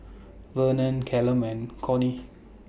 Vernon Callum Corrie